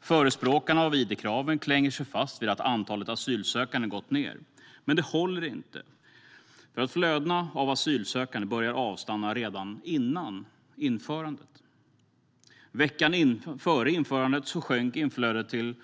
Förespråkarna för id-kraven klänger sig fast vid argumentet att antalet asylsökande har gått ned. Men det håller inte. Flödena av asylsökande började nämligen avstanna redan före införandet. Veckan före införandet sjönk inflödet av